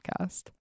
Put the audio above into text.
podcast